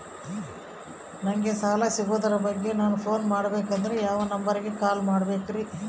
ನಂಗೆ ಸಾಲ ಸಿಗೋದರ ಬಗ್ಗೆ ನನ್ನ ಪೋನ್ ಮಾಡಬೇಕಂದರೆ ಯಾವ ನಂಬರಿಗೆ ಕಾಲ್ ಮಾಡಬೇಕ್ರಿ?